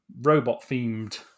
robot-themed